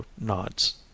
nods